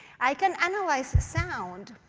i can analyze sound,